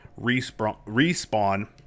Respawn